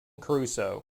crusoe